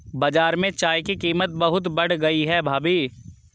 बाजार में चाय की कीमत बहुत बढ़ गई है भाभी